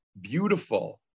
beautiful